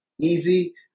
easy